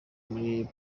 kuri